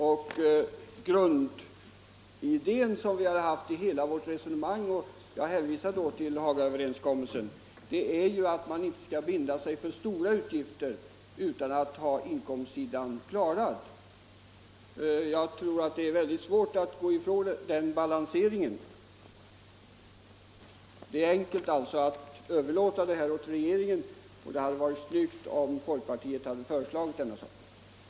Och grundidén Nr 142 i hela vårt resonemang —- jag hänvisar där till Hagaöverenskommelsen Torsdagen den — var ju att vi inte skall binda oss för stora utgifter förrän vi har in 12 december 1974 komstsidan avklarad. Jag tror att det är väldigt svårt att gå ifrån den —- balanseringen. Det var ju intressant att höra att man överlåter saken Ytterligare insatser till regeringen, men det hade varit snyggt om folkpartiet hade föreslagit — för svältdrabbade ett finansieringssätt.